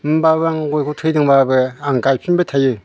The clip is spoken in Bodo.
होमब्लाबो आं गयखौ थैदोंब्लाबो आं गायफिनबाय थायो